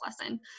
lesson